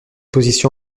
position